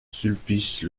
sulpice